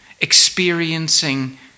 experiencing